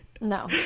No